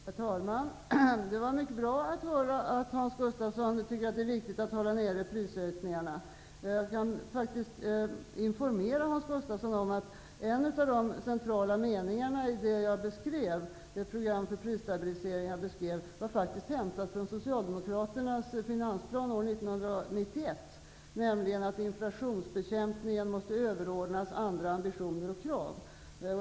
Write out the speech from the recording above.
Herr talman! Det var mycket bra att få höra att Hans Gustafsson tycker att det är viktigt att hålla nere prisökningarna. Jag kan informera Hans Gustafsson om att en av de centrala meningarna i det program för prisstabiliseringar jag beskrev faktiskt var hämtad från Socialdemokraternas finansplan år 1991, nämligen att inflationsbekämpningen måste överordnas andra ambitioner och krav.